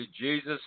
Jesus